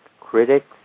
critics